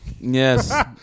yes